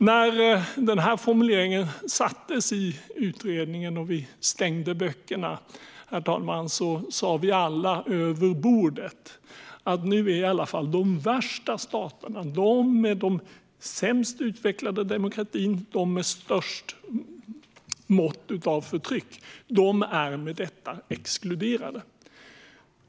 När denna formulering slogs fast i utredningen och vi stängde böckerna, sa vi alla över bordet att i alla fall de värsta staterna med sämst utvecklad demokrati och med störst mått av förtryck i och med detta är exkluderade.